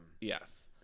yes